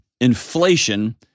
inflation